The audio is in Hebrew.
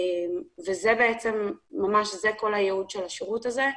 זה כל הייעוד של השירות הזה.